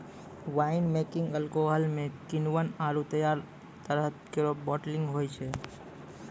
wine making alcohol म किण्वन आरु तैयार तरल केरो बाटलिंग होय छै